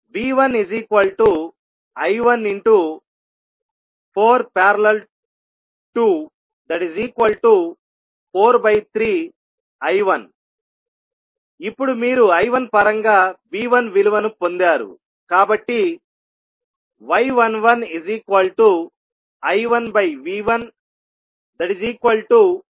V1I14||243I1 ఇప్పుడు మీరు I1 పరంగా V1 విలువను పొందారు కాబట్టి y11I1V1I143I10